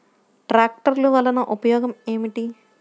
ట్రాక్టర్లు వల్లన ఉపయోగం ఏమిటీ?